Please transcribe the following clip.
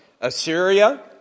Assyria